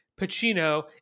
Pacino